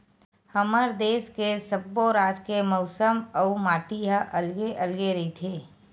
हमर देस के सब्बो राज के मउसम अउ माटी ह अलगे अलगे रहिथे